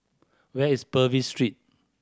where is Purvis Street